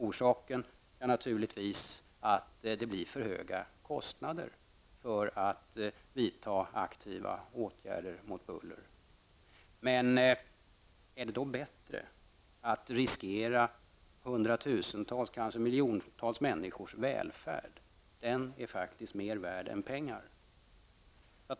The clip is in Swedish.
Orsaken är naturligtvis att det blir för höga kostnader att vidta aktiva åtgärder emot buller. Är det då bättre att riskera hundratusentals, kanske miljontals människors välfärd? Den är faktiskt mer värd än pengar.